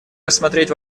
рассмотреть